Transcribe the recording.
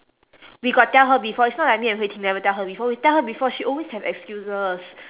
we got tell her before it's not like me and hui ting never tell her before we tell her before she always have excuses